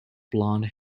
blonde